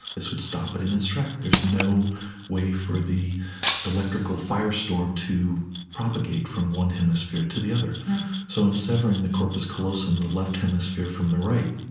this would stop it in its track. there's no way for the electrical firestorm to propagate from one hemisphere to the other so in severing the corpus callosum, um the left hemisphere from the right,